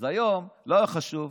אז היום, לא חשוב,